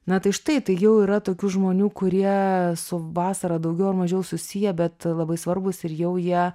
na tai štai tai jau yra tokių žmonių kurie su vasara daugiau ar mažiau susiję bet labai svarbūs ir jau jie